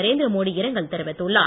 நரேந்திர மோடி இரங்கல் தெரிவித்துள்ளார்